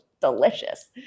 delicious